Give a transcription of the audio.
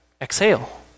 exhale